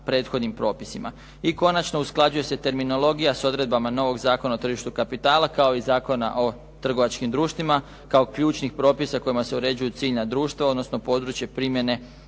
I konačno, usklađuje se terminologija s odredbama novog Zakona o tržištu kapitala kao i Zakona o trgovačkim društvima kao ključnih propisa kojima se uređuju ciljna društva odnosno područje primjene Zakona